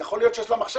יכול להיות שיש לה מחשב,